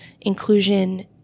inclusion